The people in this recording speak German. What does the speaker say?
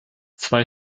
zwei